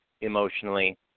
emotionally